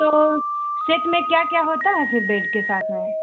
तो सेट में क्या क्या होता है फिर बेड के साथ में